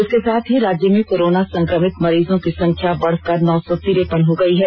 इसके साथ ही राज्य में कोरोना संक्रमित मरीजों की संख्या बढ़कर नौ सौ तीरेपन हो गयी है